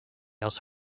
else